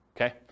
Okay